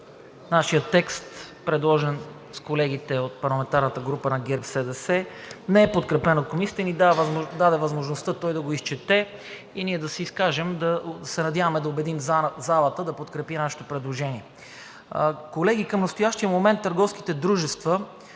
нашият текст, предложен с колегите от парламентарната група на ГЕРБ-СДС, не е подкрепен от Комисията, и ни даде възможността той да го изчете, а ние да се изкажем. Надяваме се да убедим залата да подкрепи нашето предложение. Колеги, към настоящия момент търговските дружества,